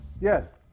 Yes